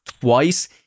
twice